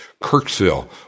Kirksville